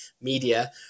media